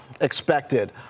expected